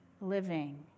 living